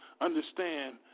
understand